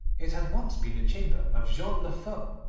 it had once been the chamber of jean le fou,